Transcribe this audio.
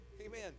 Amen